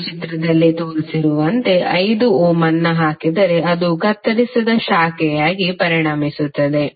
ಈ ಚಿತ್ರದಲ್ಲಿ ತೋರಿಸಿರುವಂತೆ 5 ಓಮ್ ಅನ್ನು ಹಾಕಿದರೆ ಅದು ಕತ್ತರಿಸದ ಶಾಖೆಯಾಗಿ ಪರಿಣಮಿಸುತ್ತದೆ